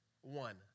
One